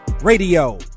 Radio